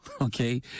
okay